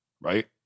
Right